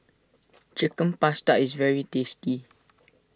Chicken Pasta is very tasty